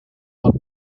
lot